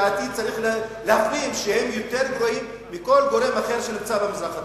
שלדעתי צריך להפנים שהם יותר גרועים מכל גורם אחר שנוצר במזרח התיכון.